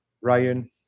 Ryan